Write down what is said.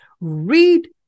read